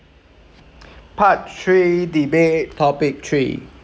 part three debate topic three